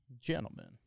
Gentlemen